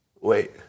Wait